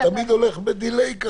זה תמיד הולך ב-delay.